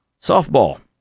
Softball